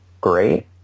great